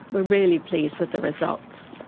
were really pleased with the results.